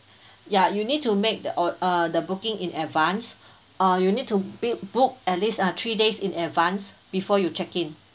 ya you need to make the ord~ uh the booking in advance or you need to build book at least uh three days in advance before you check in